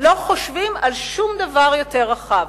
לא חושבים על שום דבר יותר רחב.